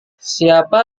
siapa